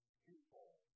people